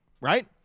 right